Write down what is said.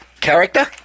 character